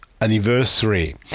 anniversary